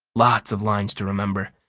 lots of lines to remember.